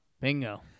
Bingo